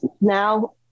now